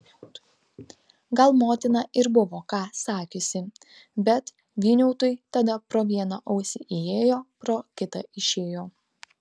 gal motina ir buvo ką sakiusi bet vyniautui tada pro vieną ausį įėjo pro kitą išėjo